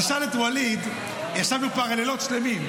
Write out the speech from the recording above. תשאל את ווליד, ישבנו פה הרי לילות שלמים.